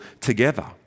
together